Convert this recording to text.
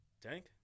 Tank